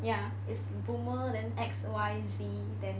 ya it's boomer then X Y Z then